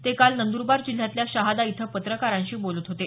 ते काल नंद्रबार जिल्ह्यातल्या शहादा इथं पत्रकारांशी बोलत होते